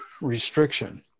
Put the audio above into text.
restriction